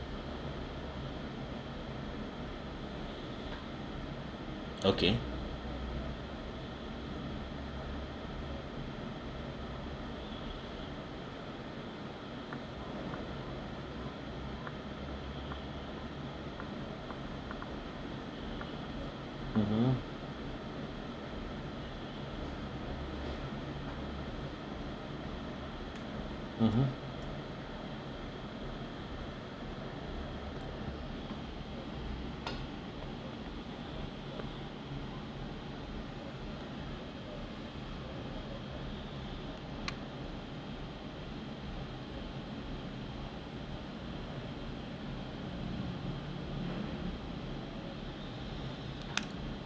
okay mmhmm mmhmm